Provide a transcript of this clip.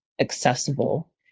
accessible